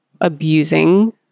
abusing